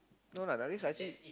no lah that means I see